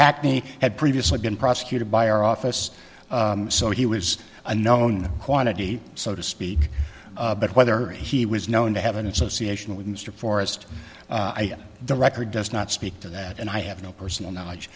hackney had previously been prosecuted by our office so he was a known quantity so to speak but whether he was known to have an association with mr forrest the record does not speak to that and i have no personal knowledge